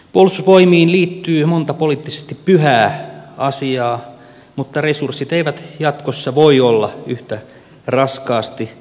puolustusvoimiin liittyy monta poliittisesti pyhää asiaa mutta resurssit eivät jatkossa voi olla yhtä raskaasti alimitoitettuja